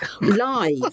live